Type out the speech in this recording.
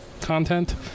content